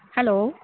hello